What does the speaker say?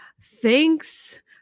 Thanks